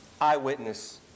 eyewitness